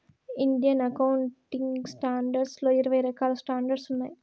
Indian accounting standards లో ఇరవై రకాల స్టాండర్డ్స్ ఉన్నాయి